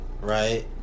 right